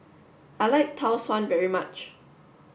I like Tau Suan very much